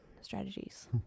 strategies